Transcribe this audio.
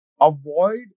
avoid